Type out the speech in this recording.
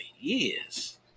yes